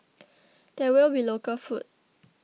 there will be local food